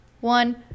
one